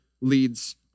leads